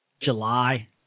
July